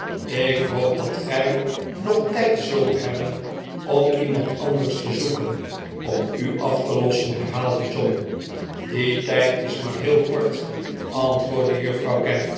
ik hoop dat gij nog tijd zult hebben om iemand anders te zoeken om u af te lossen herhaalde john die tijd is maar heel kort antwoordde juffrouw